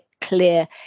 clear